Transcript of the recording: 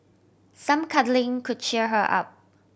some cuddling could cheer her up